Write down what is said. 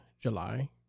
July